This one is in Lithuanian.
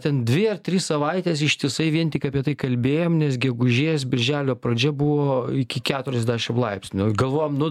ten dvi tris savaites ištisai vien tik apie tai kalbėjom nes gegužės birželio pradžia buvo iki keturiasdešimt laipsnių galvojom nu